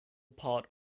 part